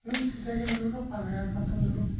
ᱢᱤᱫ ᱥᱤᱫᱷᱟᱹ ᱜᱮᱢ ᱫᱩᱲᱩᱵᱽᱼᱟ ᱯᱟᱴ ᱜᱟᱸᱰᱚ ᱠᱟᱛᱮᱢ ᱫᱩᱲᱩᱵᱽ ᱠᱚᱜᱼᱟ